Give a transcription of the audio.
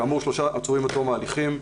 כאמור, שלושה עצורים עד תום הליכים.